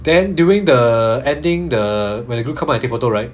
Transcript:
then during the ending the when the group come out take photo right